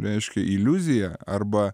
reiškia iliuziją arba